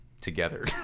together